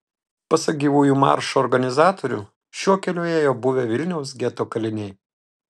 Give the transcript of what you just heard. pasak gyvųjų maršo organizatorių šiuo keliu ėjo buvę vilniaus geto kaliniai